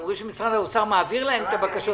הם אומרים שמשרד האוצר מעביר להם את הבקשות.